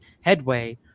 headway